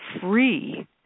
free